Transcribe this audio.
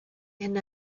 and